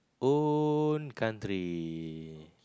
own country